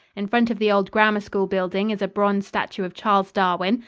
in front of the old grammar school building is a bronze statue of charles darwin,